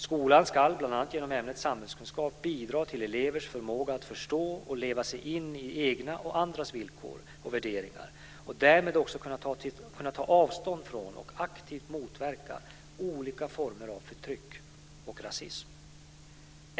Skolan ska bl.a. genom ämnet samhällskunskap bidra till elevers förmåga att förstå och leva sig in i egna och andras villkor och värderingar och därmed också till att kunna ta avstånd från och aktivt motverka olika former av förtryck och rasism.